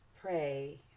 pray